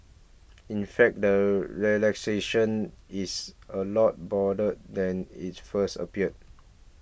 in fact the relaxation is a lot broader than it first appears